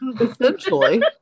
Essentially